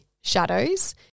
shadows